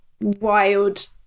wild